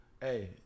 Hey